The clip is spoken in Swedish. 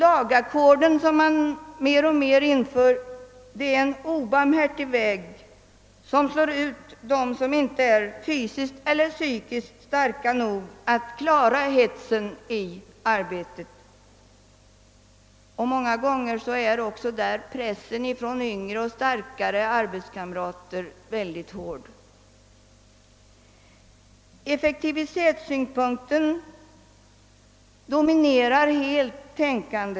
Lagackorden som mer och mer införs är en obarmhärtig metod som slår ut dem som inte är nog fysiskt eller psykiskt starka att klara hetsen i arbetet. Många gånger är också pressen ifrån yngre och starkare arbetskamrater mycket hård. Effektivitetssynpunkten dominerar tänkandet helt.